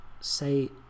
say